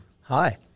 Hi